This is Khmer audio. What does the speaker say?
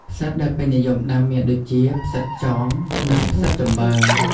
ផ្សិតដែលពេញនិយមដាំមានដូចជា ផ្សិតខ្យង និង ផ្សិតចំបើង។